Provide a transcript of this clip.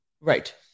right